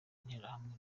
interahamwe